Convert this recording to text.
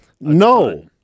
No